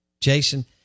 Jason